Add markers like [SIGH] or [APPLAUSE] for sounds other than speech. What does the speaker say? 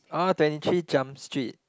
[NOISE] twenty three jump street